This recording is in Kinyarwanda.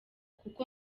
kuko